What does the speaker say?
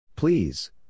Please